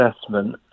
assessment